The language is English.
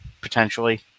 potentially